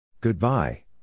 Goodbye